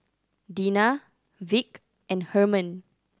Dena Vic and Hermann